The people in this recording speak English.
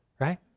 right